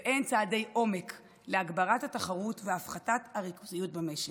והן צעדי עומק להגברת התחרות והפחתת הריכוזיות במשק.